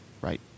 Right